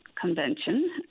Convention